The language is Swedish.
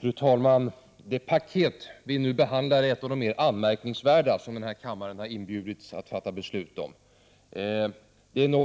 Fru talman! Det paket som vi nu behandlar är ett av de mer anmärkningsvärda som den här kammaren har inbjudits att fatta beslut om.